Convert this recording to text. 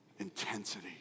Intensity